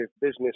business